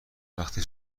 وقتی